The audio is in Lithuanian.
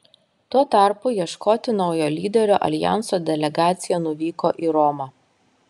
tuo tarpu ieškoti naujo lyderio aljanso delegacija nuvyko į romą